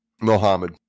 Mohammed